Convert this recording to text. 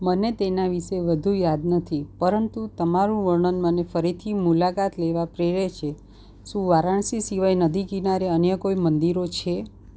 મને તેના વિશે વધુ યાદ નથી પરંતુ તમારું વર્ણન મને ફરીથી મુલાકાત લેવા પ્રેરે છે શું વારાણસી સિવાય નદી કિનારે અન્ય કોઈ મંદિરો છે